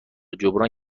جبران